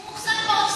זה מוחזק באוצר.